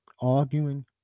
arguing